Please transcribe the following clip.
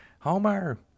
Homer